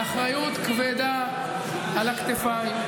באחריות כבדה על הכתפיים,